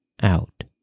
out